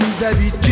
d'habitude